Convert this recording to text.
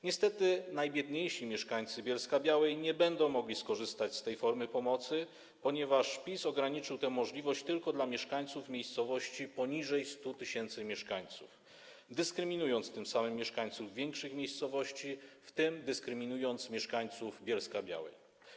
Niestety najbiedniejsi mieszkańcy Bielska-Białej nie będą mogli skorzystać z tej formy pomocy, ponieważ PiS ograniczył tę możliwość tylko do mieszkańców miejscowości poniżej 100 tys. mieszkańców, dyskryminując tym samym mieszkańców większych miejscowości, w tym dyskryminując mieszkańców Bielska-Białej.